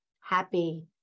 happy